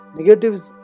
Negatives